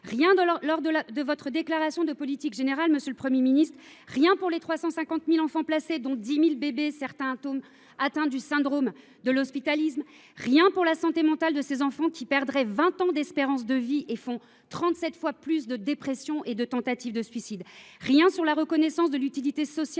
Rien lors de votre déclaration de politique générale, monsieur le Premier ministre. Rien pour les 350 000 enfants placés, dont 10 000 bébés, certains atteints du syndrome de l’hospitalisme. Rien pour la santé mentale de ces enfants, qui perdraient vingt ans d’espérance de vie et font trente sept fois plus de dépressions et de tentatives de suicide. Rien sur la reconnaissance de l’utilité sociale